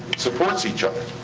supports each other.